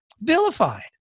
Vilified